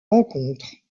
rencontres